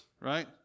right